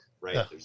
right